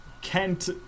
Kent